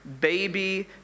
baby